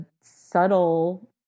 subtle